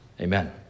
Amen